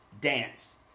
dance